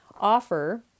offer